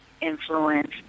influence